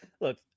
Look